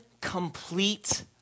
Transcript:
complete